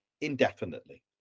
indefinitely